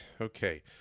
Okay